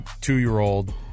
two-year-old